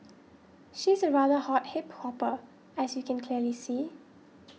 she's a rather hot hip hopper as you can clearly see